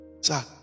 Sir